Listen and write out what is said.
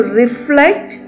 reflect